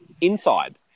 inside